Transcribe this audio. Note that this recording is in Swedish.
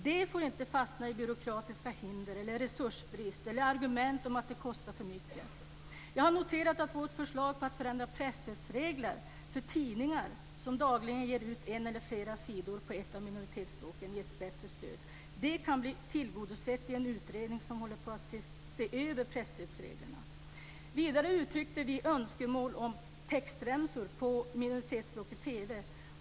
Det får inte fastna i byråkratiska hinder, i resursbrist eller i argumentet att det kostar för mycket. Jag har noterat att vårt förslag att presstödsreglerna för tidningar som dagligen ger ut en eller flera sidor på ett av minoritetsspråken ska förändras så att dessa tidningar får ett bättre stöd kan bli tillgodosett i en utredning som håller på att se över presstödsreglerna. Vi har vidare uttryckt önskemål om textremsor på minoritetsspråk i TV.